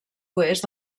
oest